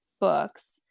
books